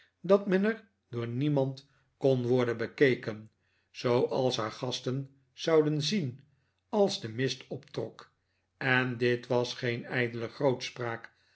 dat men er door niemand kon worden bekeken zooals haar gasten zouden zien als de mist optrok en dit was geen ijdele grootspraak